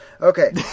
Okay